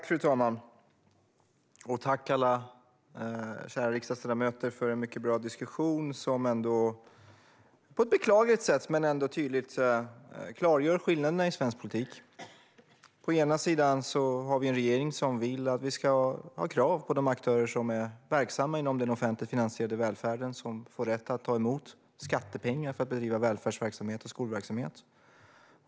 Fru talman! Tack, alla kära riksdagsledamöter, för en mycket bra diskussion! På ett beklagligt men ändå tydligt sätt klargör den skillnaderna i svensk politik. På ena sidan har vi en regering som vill att vi ska ha krav på de aktörer som är verksamma inom den offentligt finansierade välfärden och som får rätt att ta emot skattepengar för att bedriva välfärdsverksamhet och skolverksamhet.